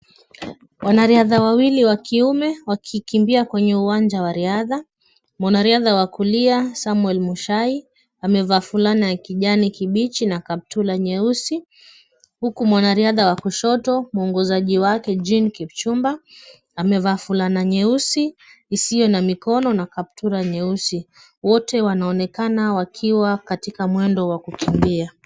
Wanariadha wawili wa kiume wakikimbia kwenye uwanja wa riadha. Mwanariadha wa kulia Samuel Mushai, amevaa fulana ya kijani kibichi na kaptura nyeusi, huku mwanariadha wa kushoto, mwongozaji wake Jean Kipchumba, amevaa fulana nyeusi isiyo na mikono na kaptura nyeusi. Wote wanaonekana wakiwa katika mwendo wa kukimbia.